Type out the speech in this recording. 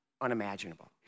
unimaginable